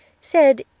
said